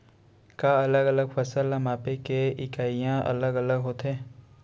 का अलग अलग फसल ला मापे के इकाइयां अलग अलग होथे?